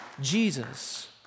Jesus